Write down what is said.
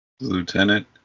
Lieutenant